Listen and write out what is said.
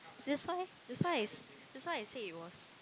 that's why that's why is that's why I say it was